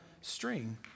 string